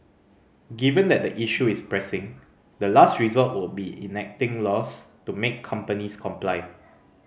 given that the issue is pressing the last resort would be enacting laws to make companies comply